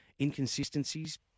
inconsistencies